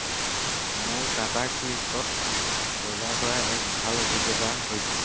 মোৰ টাটা ক্লিকত বজাৰ কৰাৰ এক ভাল অভিজ্ঞতা হৈছিল